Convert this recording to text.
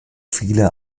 viele